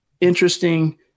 interesting